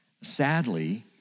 Sadly